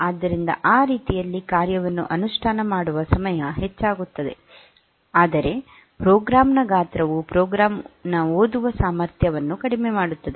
ಆದ್ದರಿಂದ ಆ ರೀತಿಯಲ್ಲಿ ಕಾರ್ಯವನ್ನು ಅನುಷ್ಠಾನ ಮಾಡುವ ಸಮಯ ಹೆಚ್ಚಾಗುತ್ತದೆ ಆದರೆ ಪ್ರೋಗ್ರಾಂ ನ ಗಾತ್ರವು ಪ್ರೋಗ್ರಾಂನ ಓದುವ ಸಾಮರ್ಥ್ಯವನ್ನು ಕಡಿಮೆ ಮಾಡುತ್ತದೆ